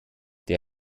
der